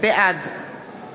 בעד